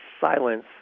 silence